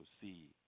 see